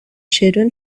children